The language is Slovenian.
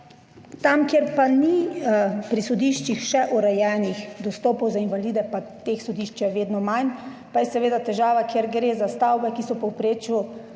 Tam, kjer pri sodiščih še ni urejenih dostopov za invalide, pa teh sodišč je vedno manj, pa je seveda težava, kjer gre za stavbe, ki so v povprečju